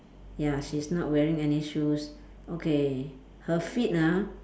ya she's not wearing any shoes okay her feet ah